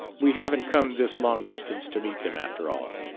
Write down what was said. we haven't come this long distance to meet them after all.